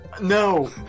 No